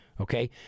Okay